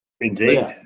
Indeed